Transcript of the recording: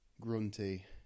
grunty